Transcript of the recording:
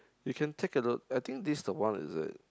you can take a look I think this's the one is it